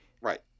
right